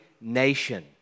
nation